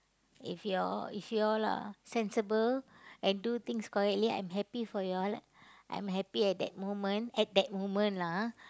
if you all if you all are sensible and do things correctly I'm happy for you all I'm happy at that moment at that moment lah ah